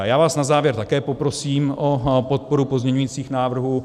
Já vás na závěr také poprosím o podporu pozměňujících návrhů.